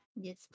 Yes